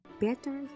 better